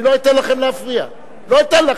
אני לא אתן לכם להפריע, לא אתן לכם.